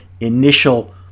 initial